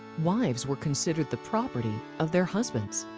wives were considered the property of their husbands.